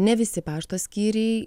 ne visi pašto skyriai